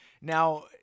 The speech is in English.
Now